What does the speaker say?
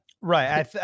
Right